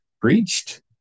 preached